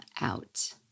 out